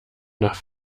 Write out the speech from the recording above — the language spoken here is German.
nach